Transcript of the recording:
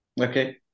Okay